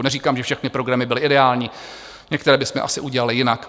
Neříkám, že všechny programy byly ideální, některé bychom asi udělali jinak.